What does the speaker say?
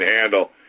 handle